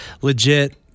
legit